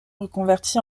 reconverti